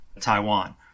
Taiwan